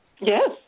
Yes